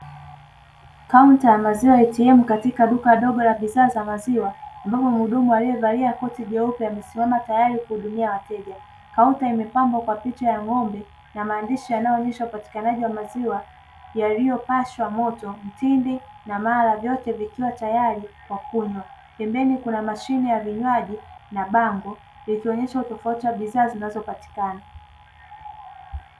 Kaunta ya maziwa Atm katika duka dogo la bidhaa za maziwa ambapo mhudumu aliyevalia koti jeupe amesimama tayari kuhudumia wateja. Kaunta imepambwa kwa picha ya ng'ombe na maandishi yanayoonyesha upatikanaji wa maziwa yaliyopashwa moto, mtindi na mala; vyote vikiwa tayari kwa kunywa, pembeni kuna mashine ya vinywaji na bango ikionyesha tofauti ya bidhaa zinazopatikana.